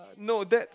not that